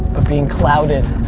ah being clouded